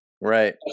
Right